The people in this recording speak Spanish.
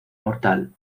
mortal